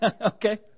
Okay